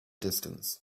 distance